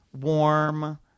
warm